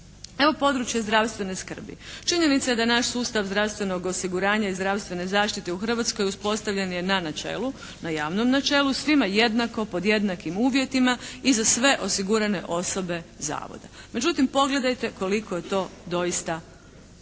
Evo, područje zdravstvene skrbi. Činjenica je da naš sustav zdravstvenog osiguranja i zdravstvene zaštite u Hrvatskoj uspostavljen je na načelu, na javnom načelu svima jednako pod jednakim uvjetima i za sve osigurane osobe zavoda. Međutim, pogledajte koliko je to doista tako,